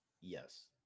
Yes